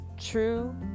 true